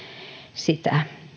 sitä